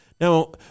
Now